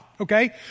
Okay